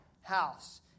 house